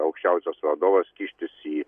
aukščiausias vadovas kištis į